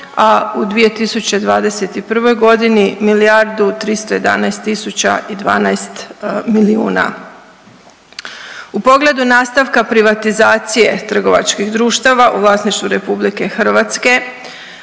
a u 2021. godini milijardu i 311 tisuća i 12 milijuna. U pogledu nastavka privatizacije trgovačkih društava u vlasništvu Republike Hrvatske